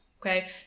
okay